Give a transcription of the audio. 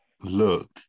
look